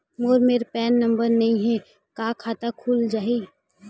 मोर मेर PAN number नई हे का खाता खुल जाही?